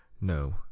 no